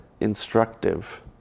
Instructive